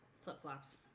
flip-flops